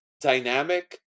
dynamic